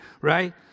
right